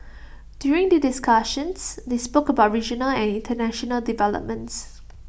during the discussions they spoke about regional and International developments